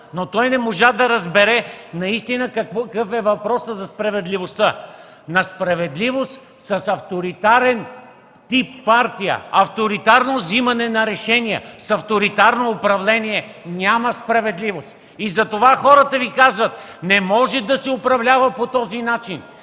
но той не можа да разбере какъв е въпросът за справедливостта! С авторитарен тип партия, с авторитарно вземане на решения, с авторитарно управление няма справедливост! Затова хората Ви казват: „Не може да се управлява по този начин!”.